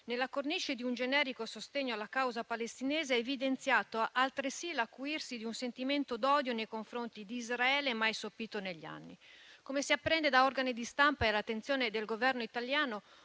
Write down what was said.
nella cornice di un generico sostegno alla causa palestinese, ha evidenziato altresì l'acuirsi di un sentimento d'odio nei confronti di Israele mai sopito negli anni; come si apprende da organi di stampa, è all'attenzione del Governo italiano